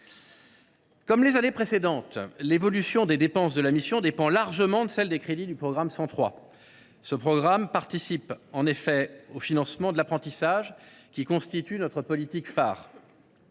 Comme les années précédentes, l’évolution des dépenses de la mission dépend largement de celle des crédits du programme 103. En effet, celui ci participe pour une grande part au financement de l’apprentissage, qui constitue sa politique phare.